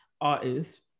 artists